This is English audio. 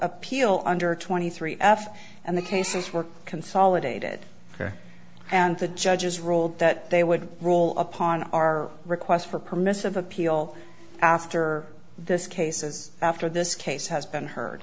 appeal under twenty three f and the cases were consolidated there and the judges ruled that they would rule upon our requests for permissive appeal after this cases after this case has been h